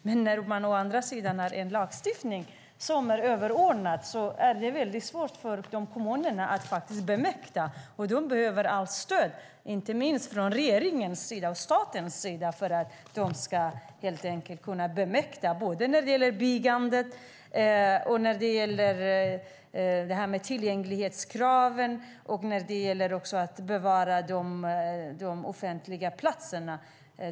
Men när det finns en lagstiftning som är överordnad är det svårt för kommunerna att mäkta med. De behöver allt stöd, inte minst från regeringens sida och statens sida, för att de helt enkelt ska kunna mäkta med när det gäller byggandet, när det gäller tillgänglighetskraven och när det gäller att bevara de offentliga platserna.